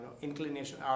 inclination